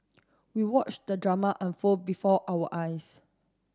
we watched the drama unfold before our eyes